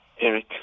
Eric